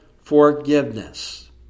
forgiveness